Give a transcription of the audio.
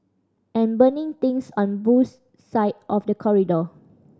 and burning things on Boo's side of the corridor